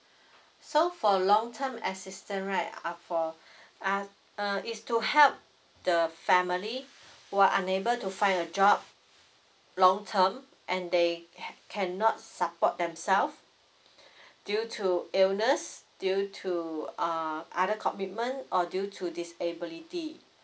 so for long term assistance right uh for uh uh is to help the family who are unable to find a job long term and they ca~ cannot support themselves due to illness due to err other commitment or due to disability